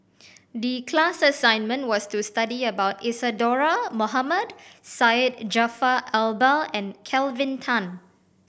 the class assignment was to study about Isadhora Mohamed Syed Jaafar Albar and Kelvin Tan